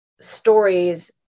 stories